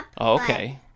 okay